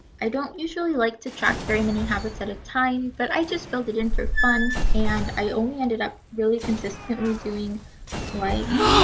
i don't usually like to track very many habits at a time but i just filled it in for fun and i only ended up really consistently doing like